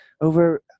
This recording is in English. over